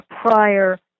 prior